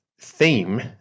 theme